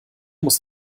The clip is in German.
muss